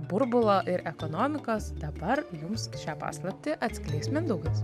burbulo ir ekonomikos dabar jums šią paslaptį atskleis mindaugas